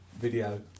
video